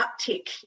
uptick